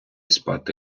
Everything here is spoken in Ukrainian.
спати